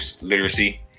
literacy